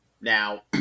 Now